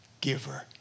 giver